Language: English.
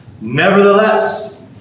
nevertheless